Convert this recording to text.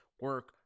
Work